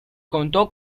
contó